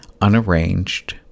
unarranged